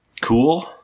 Cool